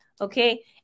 okay